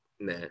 nah